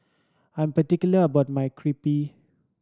I'm particular about my Crepe